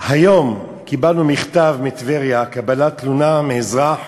היום קיבלנו מכתב מטבריה, תלונה מאזרח